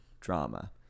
drama